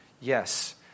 Yes